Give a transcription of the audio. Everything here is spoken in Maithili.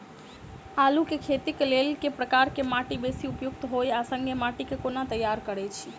आलु केँ खेती केँ लेल केँ प्रकार केँ माटि बेसी उपयुक्त होइत आ संगे माटि केँ कोना तैयार करऽ छी?